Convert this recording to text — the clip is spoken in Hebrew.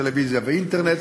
טלוויזיה ואינטרנט,